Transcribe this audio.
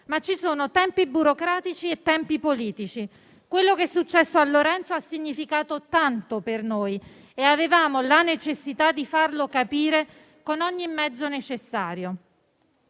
ma ci sono tempi burocratici e tempi politici. Quello che è successo a Lorenzo ha significato tanto per noi e avevamo la necessità di farlo capire con ogni mezzo necessario».